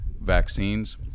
vaccines